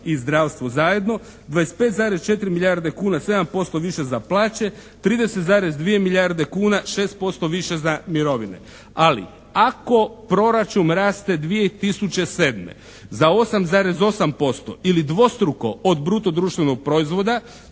i zdravstvo zajedno, 25,4 milijarde kuna 7% više za plaće, 30,2 milijarde kuna 6% više za mirovine. Ali ako proračun raste 2007. za 8,8% ili dvostruko od bruto društvenog proizvoda